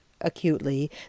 acutely